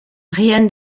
rien